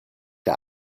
der